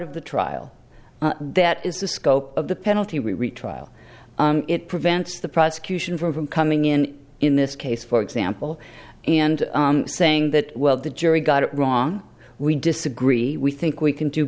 of the trial that is the scope of the penalty retrial it prevents the prosecution from coming in in this case for example and saying that well the jury got it wrong we disagree we think we can do